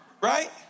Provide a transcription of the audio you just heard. right